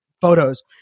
photos